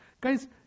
Guys